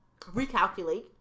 recalculate